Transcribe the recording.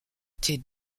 étaient